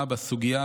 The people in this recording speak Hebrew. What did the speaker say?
תודה רבה.